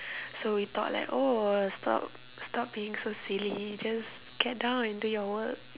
so we thought like oh stop stop being so silly just get down and do your work